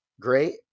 great